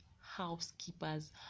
housekeepers